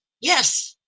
Yes